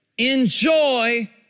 Enjoy